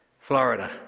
Florida